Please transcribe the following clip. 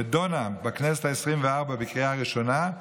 נדונה בכנסת העשרים-וארבע לקריאה ראשונה.